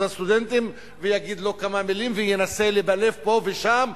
הסטודנטים ויגיד לו כמה מלים וינסה לבלף פה ושם,